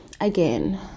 Again